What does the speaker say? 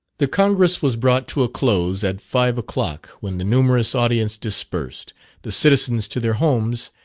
the congress was brought to a close at five o'clock, when the numerous audience dispersed the citizens to their homes,